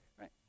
right